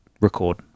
record